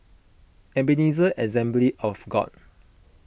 Ebenezer Assembly of God